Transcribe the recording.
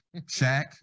Shaq